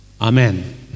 Amen